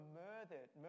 murdered